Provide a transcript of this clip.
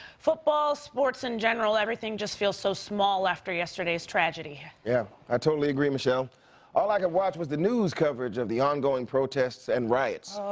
football, sports in general, everything just feels so small after yesterday's tragedy. yeah, i totally agree, michelle all i could watch was the news coverage of the ongoing protests and riots. oh,